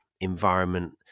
environment